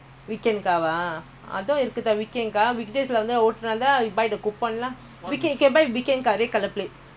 other day you charge uh after seven is free after seven you can drive morning seven to